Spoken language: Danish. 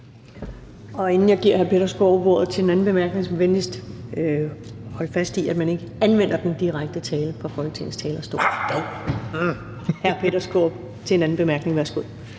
Inden jeg giver hr. Peter Skaarup ordet til en anden bemærkning, må jeg venligst holde fast i, at man ikke anvender den direkte tiltale fra Folketingets talerstol. Hr. Peter Skaarup til en anden bemærkning. Værsgo.